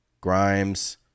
Grimes